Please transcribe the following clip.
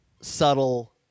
subtle